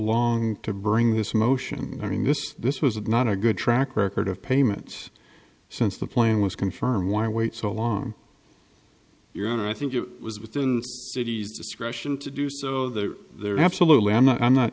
long to bring this motion i mean this this was not a good track record of payments since the plan was confirmed why wait so long your honor i think it was with the city's discretion to do so they're there absolutely i'm not i'm not